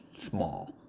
small